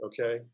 Okay